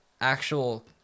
actual